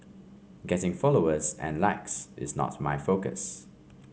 getting followers and likes is not my focus